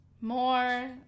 More